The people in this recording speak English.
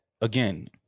Again